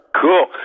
Cool